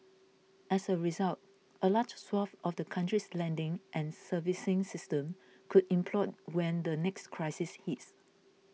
as a result a large swathe of the country's lending and servicing system could implode when the next crisis hits